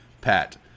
Pat